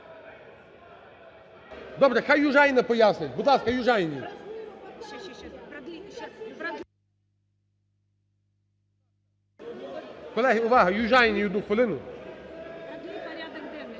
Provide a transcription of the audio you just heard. Добре, хай Южаніна пояснить. Будь ласка, Южаніній. Колеги, увага, Южаніній 1 хвилину.